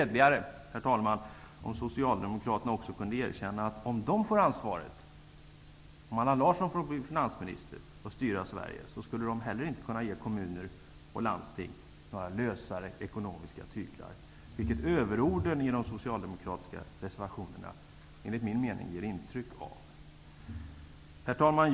Det vore hederligare om Socialdemokraterna kunde erkänna att de, om de får ansvaret att styra Sverige och Allan Larsson får bli finansminister, inte heller skulle kunna ge kommuner och landsting lösare tyglar i fråga om ekonomin. Överorden i de socialdemokratiska reservationerna ger ju ett intryck av det. Herr talman!